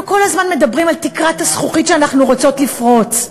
אנחנו כל הזמן מדברים על תקרת הזכוכית שאנחנו רוצות לפרוץ.